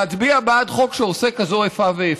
להצביע בעד חוק שעושה כזאת איפה ואיפה.